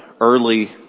early